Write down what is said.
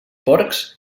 porcs